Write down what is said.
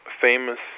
famous